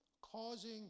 causing